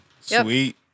sweet